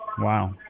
Wow